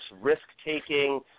risk-taking